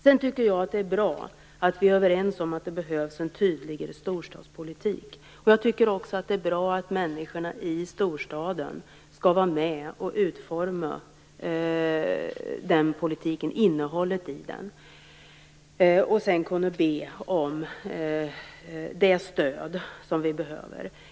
Jag tycker vidare att det är bra att vi är överens om att det behövs en tydligare storstadspolitik. Jag tycker också att det är bra att människorna i storstaden är med om att utforma innehållet i den politiken och sedan ber om det stöd som de behöver.